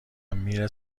میره